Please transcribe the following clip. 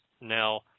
Now